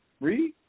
Read